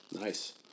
Nice